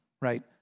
right